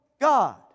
God